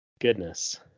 Goodness